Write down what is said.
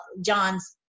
John's